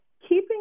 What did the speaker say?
keeping